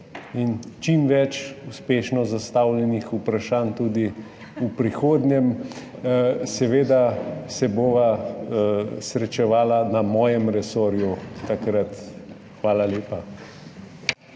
čim več uspešno zastavljenih vprašanj tudi v prihodnjem letu! Seveda se bova takrat srečevala na mojem resorju. Hvala lepa.